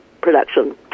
production